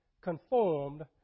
conformed